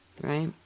Right